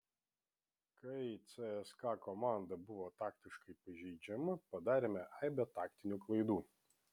kai cska komanda buvo taktiškai pažeidžiama padarėme aibę taktinių klaidų